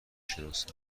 شناسم